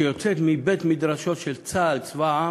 שיוצאת מבית מדרשו של צה"ל, צבא העם,